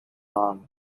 arm